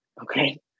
Okay